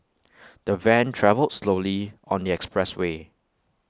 the van travelled slowly on the expressway